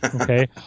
okay